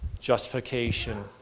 justification